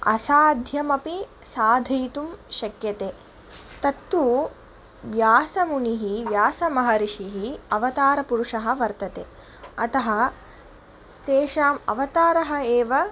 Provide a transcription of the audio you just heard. असाध्यमपि साधयितुं शक्यते तत्तु व्यासमुनिः व्यासमहर्षिः अवतारपुरुषः वर्तते अतः तेषाम् अवतारः एव